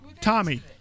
Tommy